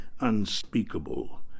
unspeakable